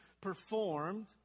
performed